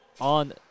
on